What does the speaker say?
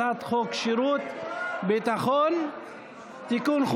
הצעת חוק שירות ביטחון (תיקון,